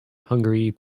hungary